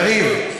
יריב.